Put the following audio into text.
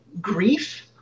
Grief